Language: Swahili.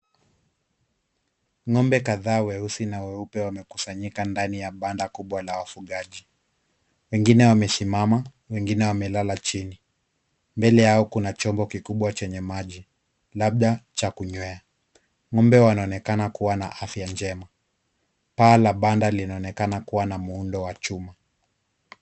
Ng'ombe kadhaa weusi na weupe wamekusanyika ndani ya banda kubwa la wafugaji. Wengine wamesimama. Wengine wamelala chini. Mbele yao kuna chombo kikubwa chenye maji labda cha kunywea. Ng'ombe wanaonekana kuwa na afya njema. Paa la banda linaonekana kuwa na muundo wa chuma.